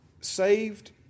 saved